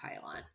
pylon